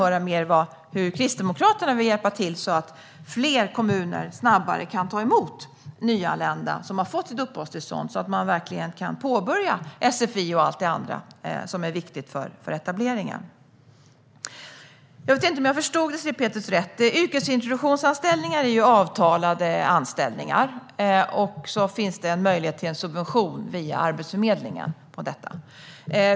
Hur vill Kristdemokraterna hjälpa till så att fler kommuner snabbare kan ta emot nyanlända som har fått sina uppehållstillstånd så att de kan påbörja sfi och allt annat som är viktigt för etableringen? Jag vet inte om jag förstod Désirée Pethrus rätt. Yrkesintroduktionsanställningar är avtalade anställningar där det finns möjlighet till subvention via Arbetsförmedlingen.